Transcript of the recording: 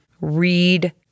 read